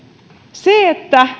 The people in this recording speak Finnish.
se että